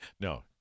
No